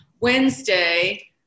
Wednesday